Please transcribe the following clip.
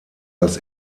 als